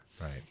Right